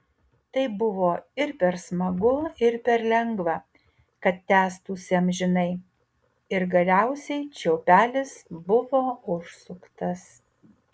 tai buvo ir per smagu ir per lengva kad tęstųsi amžinai ir galiausiai čiaupelis buvo užsuktas